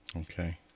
Okay